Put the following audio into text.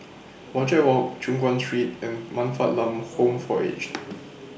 Wajek Walk Choon Guan Street and Man Fatt Lam Home For Aged